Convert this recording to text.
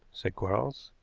said quarles.